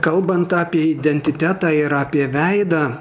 kalbant apie identitetą ir apie veidą